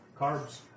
Carbs